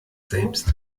selbst